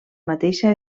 mateixa